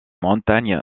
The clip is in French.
montagne